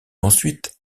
ensuite